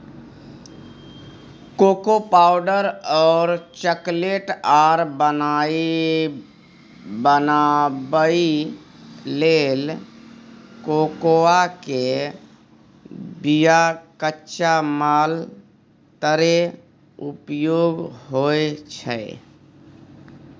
cocoa powder और chocolate आर बनाबइ लेल कोकोआ के बिया कच्चा माल तरे उपयोग होइ छइ